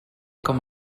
com